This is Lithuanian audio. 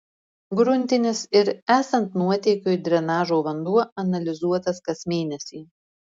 gruntinis ir esant nuotėkiui drenažo vanduo analizuotas kas mėnesį